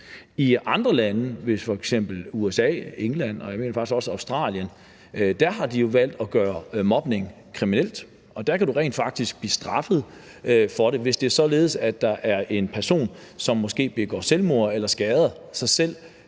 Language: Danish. I andre lande – f.eks. USA, England, og jeg mener faktisk også Australien – har de jo valgt at gøre mobning kriminelt, og der kan man rent faktisk bliver straffet for det. Hvis det er således, at der er en person, som måske begår selvmord eller skader sig selv